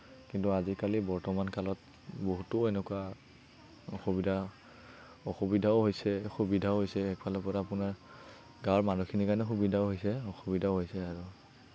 কিন্তু আজিকালি বৰ্তমান কালত বহুতো এনেকুৱা অসুবিধা অসুবিধাও হৈছে সুবিধাও হৈছে এফালৰ পৰা আপোনাৰ গাওঁৰ মানুহখিনিৰ কাৰণে সুবিধাও হৈছে অসুবিধাও হৈছে আৰু